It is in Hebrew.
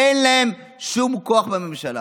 אין להם שום כוח בממשלה.